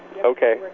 Okay